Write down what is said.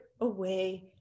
away